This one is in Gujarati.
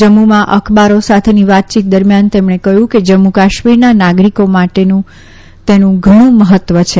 જમ્મુમાં અખબારો સાથેની વાતયીત દરમિયાન તેમણે કહ્યું કે જમ્મુકાશ્મીરના નાગરિકો માટે તેનું ઘણું મહત્વ છે